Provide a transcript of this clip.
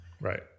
Right